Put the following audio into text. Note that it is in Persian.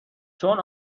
چون